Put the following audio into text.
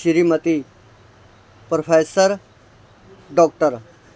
Shrimati professor doctor